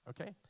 Okay